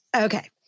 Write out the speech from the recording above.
Okay